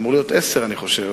אמור להיות עשר, אני חושב.